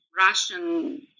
Russian